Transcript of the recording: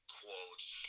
quotes